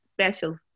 specials